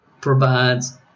provides